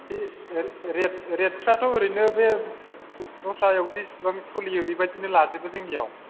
फिस रेट रेटफ्राथ' ओरैनो बे दस्रायाव बिसिबां सलियो बेबायदिनो लाजोबो जोंनियाव